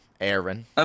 Aaron